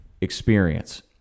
experience